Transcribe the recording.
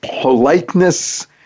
politeness